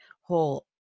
whole